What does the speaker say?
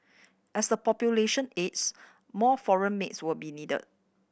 as the population ages more foreign maids will be needed